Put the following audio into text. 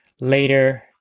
later